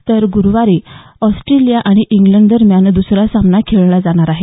तर गुरुवारी ऑस्ट्रेलिया आणि इंग्लंड दरम्यान दुसरा सामना खेळला जाणार आहे